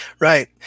Right